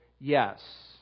yes